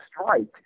strike